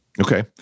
Okay